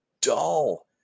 dull